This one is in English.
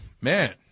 Man